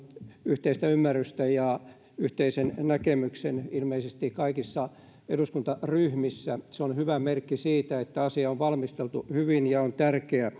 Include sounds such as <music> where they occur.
yhteistä ymmärrystä ja yhteisen näkemyksen ilmeisesti kaikissa eduskuntaryhmissä se on hyvä merkki siitä että asia on valmisteltu hyvin ja on tärkeä <unintelligible>